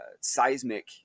seismic